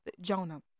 Jonah